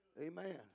amen